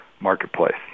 marketplace